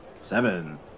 Seven